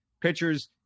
pitchers